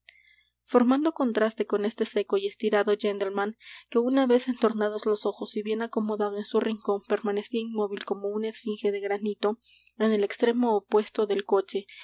formando contraste con este seco y estirado gentleman que una vez entornados los ojos y bien acomodado en su rincón permanecía inmóvil como una esfinge de granito en el extremo opuesto del coche